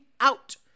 out